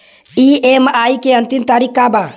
EMI के अंतिम तारीख का बा?